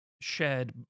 shared